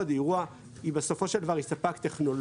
כי בסופו של דבר היא ספק טכנולוגי,